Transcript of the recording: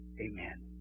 Amen